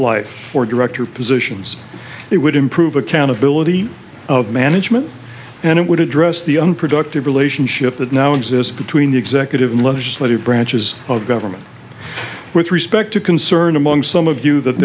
life for director positions it would improve accountability of management and it would address the unproductive relationship that now exists between the executive and legislative branches of government with respect to concern among some of you that